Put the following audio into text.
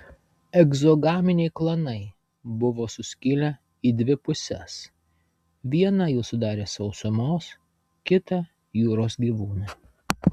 egzogaminiai klanai buvo suskilę į dvi puses vieną jų sudarė sausumos kitą jūros gyvūnai